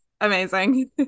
amazing